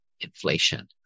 inflation